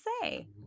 say